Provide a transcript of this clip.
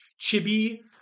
chibi